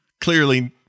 Clearly